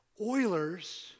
Oilers